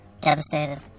devastated